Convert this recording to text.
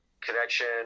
connection